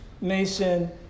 Mason